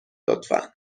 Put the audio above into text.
لطفا